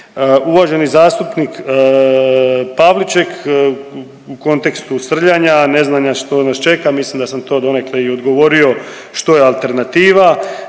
Uvaženi zastupnik Pavliček u kontekstu srljanja, ne znanja što nas čeka mislim da sam to donekle i odgovorio što je alternativa.